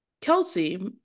kelsey